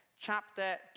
chapter